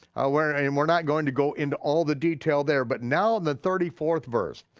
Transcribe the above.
we're i mean we're not going to go into all the detail there but now, in the thirty fourth verse,